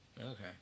Okay